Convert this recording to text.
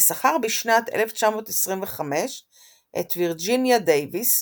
ושכר בשנת 1925 את וירג'יניה דייוויס,